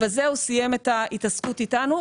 בזה הוא סיים את ההתעסקות איתנו.